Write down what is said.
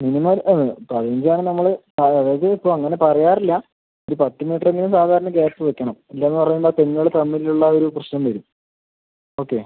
minimum പതിനഞ്ച് ആണ് നമ്മള് ആ അതായത് ഇപ്പം അങ്ങനെ പറയാറില്ല ഒരു പത്ത് മീറ്റർ അത്ര എങ്കിലും സാധാരണ ഗ്യാപ്പ് വെക്കണം എന്താന്ന് പറയുമ്പം ആ തെങ്ങുകൾ തമ്മിൽ ഉള്ള ഒരു പ്രശ്നം വരും ഓക്കെ